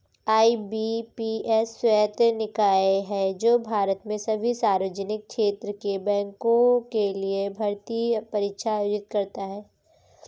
IBPS स्वायत्त निकाय है जो भारत में सभी सार्वजनिक क्षेत्र के बैंकों के लिए भर्ती परीक्षा आयोजित करता है